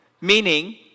Meaning